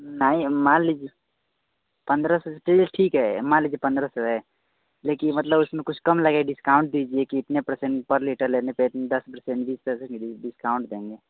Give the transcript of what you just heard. नहीं मान लीजिए पंद्रह सौ ठीक है मान लिजए पंद्रह सौ हे लेकिन उसमें मतलब कुछ कम लगे डिस्काउंट दिजिए की इतने पर्सेन्ट पर लीटर लेने पर इतने दस पर्सेन्ट बीस पर्सेन्ट देंगे